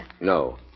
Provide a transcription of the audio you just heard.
No